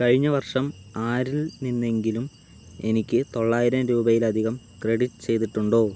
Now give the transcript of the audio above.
കഴിഞ്ഞ വർഷം ആരിൽ നിന്നെങ്കിലും എനിക്ക് തൊള്ളായിരം രൂപയിലധികം ക്രെഡിറ്റ് ചെയ്തിട്ടുണ്ടോ